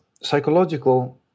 psychological